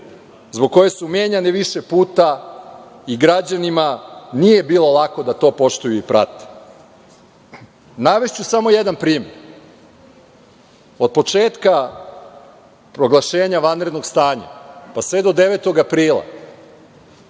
zbog koje su menjane više puta i građanima nije bilo lako da to poštuju i prate. Navešću samo jedan primer. Od početka proglašenja vanrednog stanja, pa sve do 9. aprila